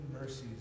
mercies